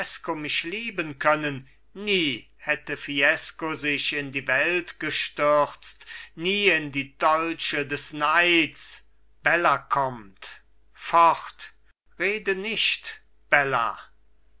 mich lieben können nie hätte fiesco sich in die welt gestürzt nie in die dolche des neids bella kommt fort rede nicht bella